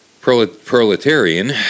proletarian